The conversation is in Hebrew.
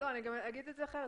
אני אומר את זה אחרת.